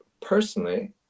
personally